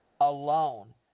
alone